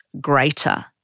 greater